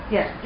Yes